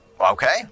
Okay